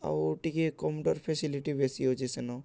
ଆଉ ଟିକେ ଫେସିଲିଟି ବେଶୀ ଅଛି ସେନ